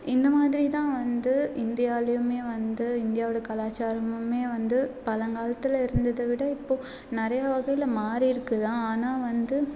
இந்த மாதிரி தான் வந்து இந்தியாலையுமே வந்து இந்தியாவோட கலாச்சாரமுமே வந்து பழங்காலத்தில் இருந்ததை விட இப்போ நிறைய வகையில் மாறி இருக்கு தான் ஆனால் வந்து